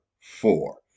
four